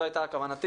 זו הייתה כוונתי.